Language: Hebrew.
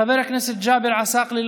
חבר הכנסת ג'אבר עסאקלה,